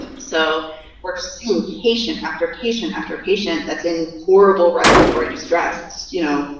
so we're seeing patient after patient after patient that's in horrible respiratory distress you know,